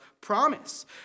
promise